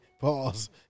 pause